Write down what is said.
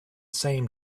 same